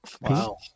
wow